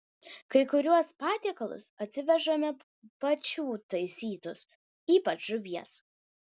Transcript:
kai kuriuos patiekalus atsivežame pačių taisytus ypač žuvies